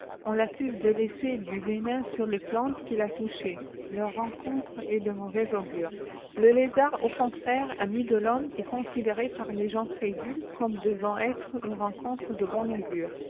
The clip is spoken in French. on l'accuse de laisser du venin sur les plantes qu'il a touchées leur rencontre est de mauvais augurét le lézard au contraire ami de l'homme est considéré çér les gens crédules comme devant être une reqcontre de bon atégure